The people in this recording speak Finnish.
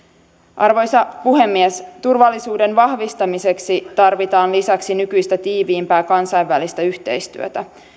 arvoisa puhemies turvallisuuden vahvistamiseksi tarvitaan lisäksi nykyistä tiiviimpää kansainvälistä yhteistyötä